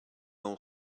all